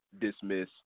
dismiss